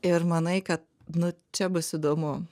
ir manai kad nu čia bus įdomu